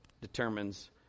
determines